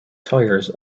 tires